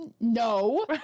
No